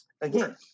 Again